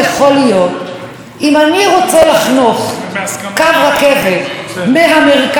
אם אני רוצה לחנוך קו רכבת מהמרכז לירושלים,